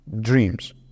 dreams